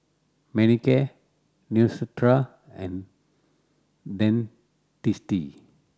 Manicare Neostrata and Dentiste